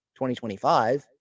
2025